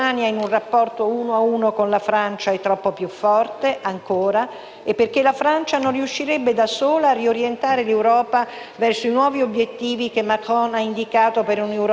e perché la Francia non riuscirebbe da sola a riorientare l'Europa verso i nuovi obiettivi che Macron ha indicato per un'Europa che voglia ritrovare la legittimazione popolare e democratica.